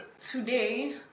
Today